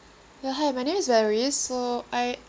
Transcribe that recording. ya hi my name is valerie so I